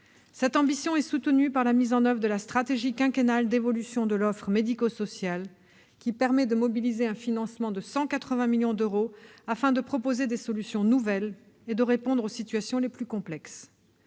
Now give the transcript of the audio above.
Cette ambition est soutenue par la mise en oeuvre de la stratégie quinquennale d'évolution de l'offre médico-sociale, qui permet de mobiliser un financement de 180 millions d'euros afin de proposer des solutions nouvelles et de répondre aux situations les plus complexes.